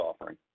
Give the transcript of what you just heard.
offering